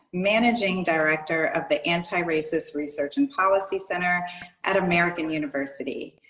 managing director of the antiracist research and policy center at american university.